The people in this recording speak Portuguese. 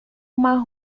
uma